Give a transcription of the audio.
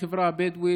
חבר הכנסת אחמד טיבי,